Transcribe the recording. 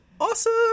awesome